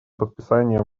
подписания